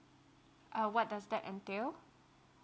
uh what does that entail